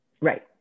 Right